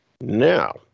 Now